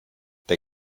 der